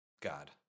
God